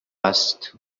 است